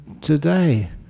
today